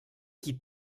qui